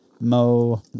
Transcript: Mo